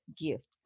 gift